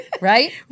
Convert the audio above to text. Right